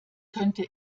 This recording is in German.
könnte